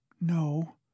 No